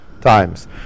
times